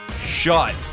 Shut